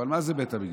אבל מה בית המקדש?